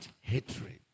hatred